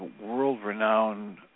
world-renowned